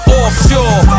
offshore